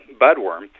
budworm